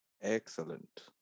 excellent